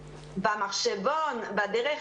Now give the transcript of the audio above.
אני חייבת להגיד שאני מברכת את יושבת ראש